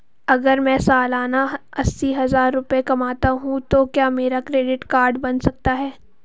अगर मैं सालाना अस्सी हज़ार रुपये कमाता हूं तो क्या मेरा क्रेडिट कार्ड बन सकता है?